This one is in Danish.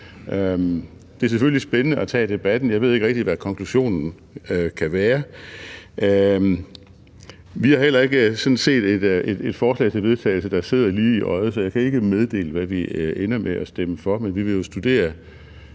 Det er selvfølgelig spændende at tage debatten, men jeg ved ikke rigtig, hvad konklusionen kan være. Vi har sådan set heller ikke et forslag til vedtagelse, der sidder lige i øjet, så jeg kan ikke meddele, hvad vi ender med at stemme for, men vi vil studere,